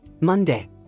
Monday